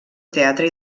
teatre